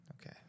okay